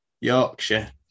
Yorkshire